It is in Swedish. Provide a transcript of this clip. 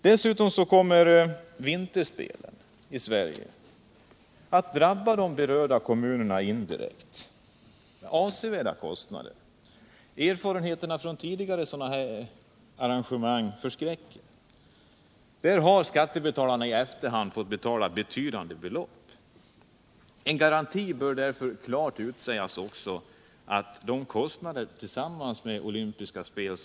Dessutom kommer vinterspel i Sverige att drabba de berörda kommunerna indirekt med avsevärda kostnader. Erfarenheterna från tidigare liknande arrangemang förskräcker. Skattebetalarna har i efterhand fått betala betydande belopp. Garantier bör därför lämnas att hela nationen får stå för kostnaderna i samband med olympiska spel.